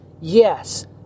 Yes